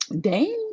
Dame